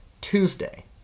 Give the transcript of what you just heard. Tuesday